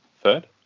third